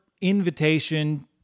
invitation